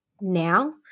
now